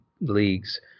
leagues